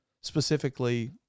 specifically